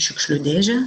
šiukšlių dėžę